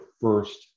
first